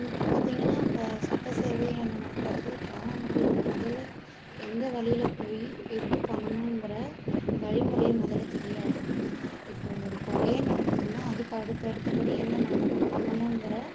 இப்போ பார்த்தீங்கனா இப்போ சட்டசேவைங்கிறது கிராம மக்களுக்கு முதல்ல எந்த வழியில போய் எப்படி பண்ணணுங்கிற வழிமுறையே முதல்ல தெரியாது இப்போது ஒரு கொலையே நடக்குதுன்னால் அதுக்கு அடுத்தடுத்தப்படி என்னன்னென்ன பண்ணணுங்கிற